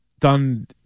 done